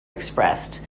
expressed